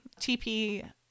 TP